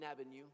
avenue